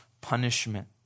punishment